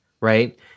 right